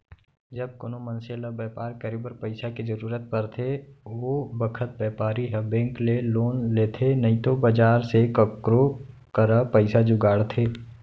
जब कोनों मनसे ल बैपार करे बर पइसा के जरूरत परथे ओ बखत बैपारी ह बेंक ले लोन लेथे नइतो बजार से काकरो करा पइसा जुगाड़थे